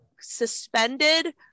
suspended